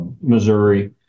Missouri